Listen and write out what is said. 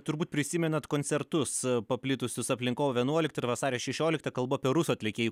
turbūt prisimenat koncertus paplitusius aplink kovo vienuoliktą ir vasario šešioliktą kalbu apie rusų atlikėjų